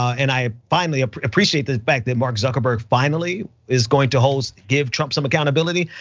and i finally appreciate the fact that mark zuckerberg finally is going to hold, give trump some accountability.